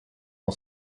mon